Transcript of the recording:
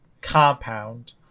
compound